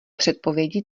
předpovědi